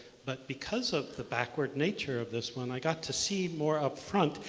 but because of the backward nature of this one, i got to see more up front.